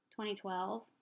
2012